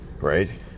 right